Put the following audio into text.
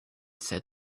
said